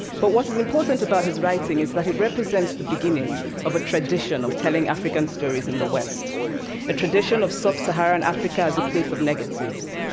but what is important about his writing is that it represents the beginning of a tradition of telling african stories in the west a tradition of sub-saharan africa as a place of negatives,